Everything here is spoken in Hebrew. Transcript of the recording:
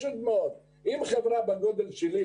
מה קורה אם חברה בסדר הגודל שלי,